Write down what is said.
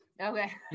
Okay